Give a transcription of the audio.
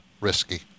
risky